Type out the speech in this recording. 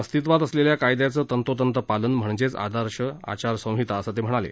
अस्तित्वात असलेल्या कायद्याचं तंतोतंत पालन म्हणजेच आदर्श आचारसंहिता असं ते म्हणाले